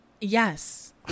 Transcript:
Yes